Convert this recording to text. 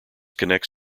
connects